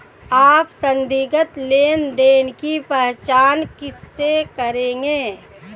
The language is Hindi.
आप संदिग्ध लेनदेन की पहचान कैसे करेंगे?